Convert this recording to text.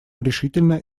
решительно